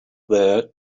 there